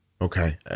Okay